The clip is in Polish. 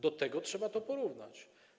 Do tego trzeba to porównać.